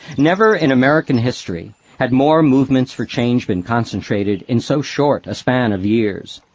never in american history had more movements for change been concentrated in so short a span of years.